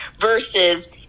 Versus